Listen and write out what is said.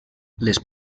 les